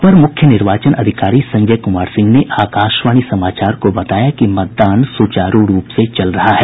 अपर मुख्य निर्वाचन पदाधिकारी संजय कुमार सिंह ने आकाशवाणी समाचार को बताया कि मतदान सुचारू रूप से चल रहा है